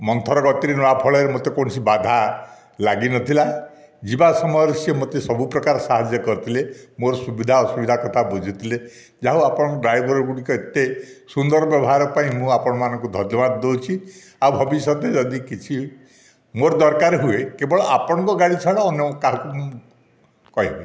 ମନ୍ଥର ଗତିରେ ନେବା ଫଳରେ ମୋତେ କୌଣସି ବାଧା ଲାଗି ନଥିଲା ଯିବା ସମୟରେ ସେ ମୋତେ ସବୁ ପ୍ରକାରର ସାହାଯ୍ୟ କରିଥିଲେ ମୋର ସୁବିଧା ଅସୁବିଧା କଥା ବୁଝିଥିଲେ ଯାହା ହେଉ ଆପଣଙ୍କ ଡ୍ରାଇଭର ଗୁଡ଼ିକ ଏତେ ସୁନ୍ଦର ବ୍ୟବହାର ପାଇଁ ମୁଁ ଆପଣ ମାନଙ୍କୁ ଧନ୍ୟବାଦ ଦେଉଛି ଆଉ ଭବିଷ୍ୟତରେ ଯଦି କିଛି ମୋର ଦରକାର ହୁଏ କେବଳ ଆପଣଙ୍କ ଗାଡ଼ି ଛଡ଼ା ଅନ୍ୟ କାହାକୁ କହିବିନି